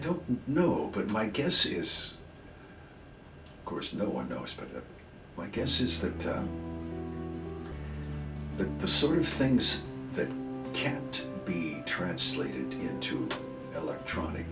don't know but my guess is of course no one knows but my guess is that the the sort of things that can't be translated into electronic